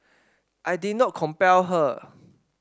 I did not compel her